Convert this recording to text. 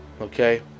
okay